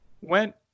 went